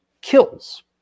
kills